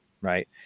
right